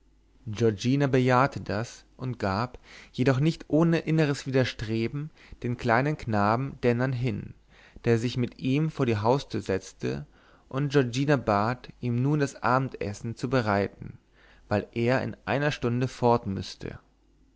giorgina bejahte das und gab jedoch nicht ohne inneres widerstreben den kleinen knaben dennern hin der sich mit ihm vor die haustür setzte und giorgina bat ihm nun das abendessen zu bereiten weil er in einer stunde fort müßte